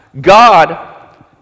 God